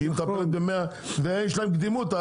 כי היא מטפלת במאה ויש להם קדימות,